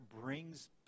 brings